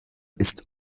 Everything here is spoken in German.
ist